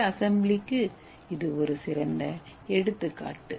சுய அசெம்பிளிக்கு இவை ஒரு சிறந்த எடுத்துக்காட்டு